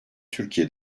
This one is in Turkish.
türkiye